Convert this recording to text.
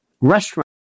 restaurant